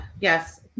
Yes